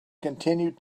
continued